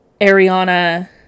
Ariana